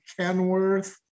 Kenworth